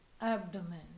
abdomen